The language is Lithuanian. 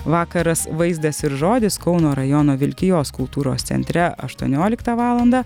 vakaras vaizdas ir žodis kauno rajono vilkijos kultūros centre aštuonioliktą valandą